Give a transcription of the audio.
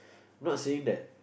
not saying that